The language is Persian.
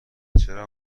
چرا